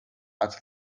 until